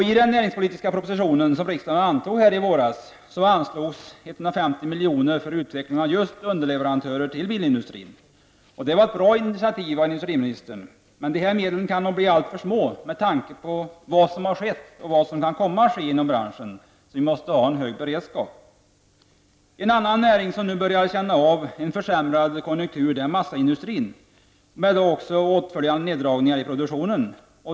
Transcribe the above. I den näringspolitiska propositionen, som riksdagen antog i våras, anslås 150 miljoner för utveckling av just underleverantörer till bilindustrin. Det var ett bra initiativ av industriministern. Men dessa medel kan bli alltför små med tanke på vad som har skett och vad som kan komma att ske inom branschen. Vi måste ha en hög beredskap. En annan näring som nu börjar känna av en försämrad konjunktur är massaindustrin, med åtföljande neddragningar i produktionen.